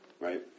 Right